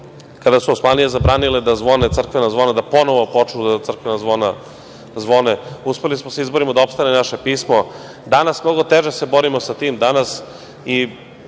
kada su Osmanlije zabranile da zvone crkvena zvona, da ponovo počnu da crkvena zvona zvone. Uspeli smo da se izborimo da opstane naše pismo. Danas se mnogo teže borimo sa tim. Danas